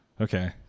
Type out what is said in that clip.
Okay